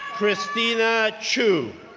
christina chiu,